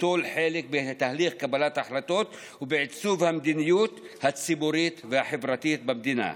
ליטול חלק בתהליך קבלת ההחלטות ובעיצוב המדיניות הציבורית והחברתית במדינה.